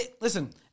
Listen